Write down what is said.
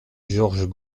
georges